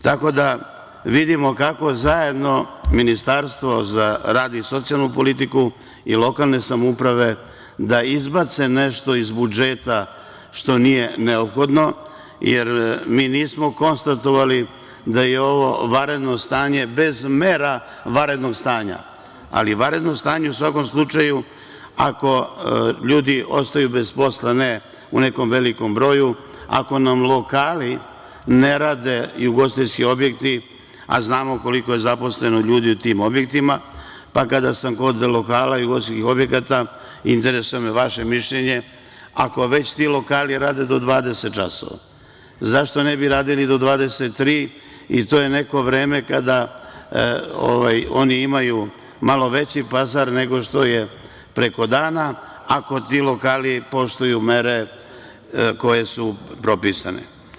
Tako da vidimo kako zajedno Ministarstvo za rad i socijalnu politiku i lokalne samouprave da izbace nešto iz budžeta što nije neophodno jer mi nismo konstatovali da je ovo vanredno stanje bez mera vanrednog stanja, ali vanredno stanje u svakom slučaju ako ljudi ostaju bez posla, ne u nekom velikom broju, ako nam lokali ne rade i u ugostiteljski objekti, a znamo koliko je zaposlenih ljudi u tim objektima, pa kada sam kod lokala i ugostiteljskih objekata interesuje me vaše mišljenje – ako već ti lokali rade do 20 časova, zašto ne bi radili do 23 i to je neko vreme kada oni imaju malo veći pazar nego što je preko dana, ako ti lokali poštuju mere koje su propisane?